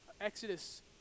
Exodus